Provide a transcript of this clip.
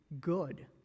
good